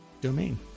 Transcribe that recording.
domain